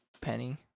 Penny